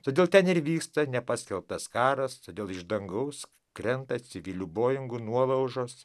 todėl ten ir vyksta nepaskelbtas karas todėl iš dangaus krenta civilių boingų nuolaužos